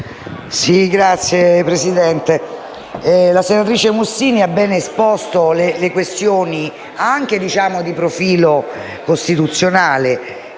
Signor Presidente, la senatrice Mussini ha ben esposto le questioni, anche di profilo costituzionale,